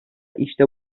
işte